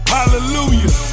Hallelujah